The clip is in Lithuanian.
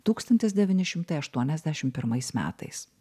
tūkstantis devyni šimtai aštuoniasdešim pirmais metais